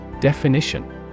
Definition